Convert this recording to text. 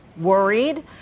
worried